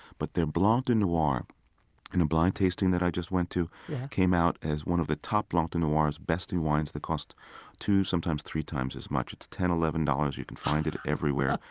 but their blanc de noirs in a blind tasting that i just went to came out as one of the top blanc de noirs, besting wines that cost two, sometimes three times as much. it's ten eleven dollars. you can find it everywhere,